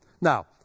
Now